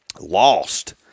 lost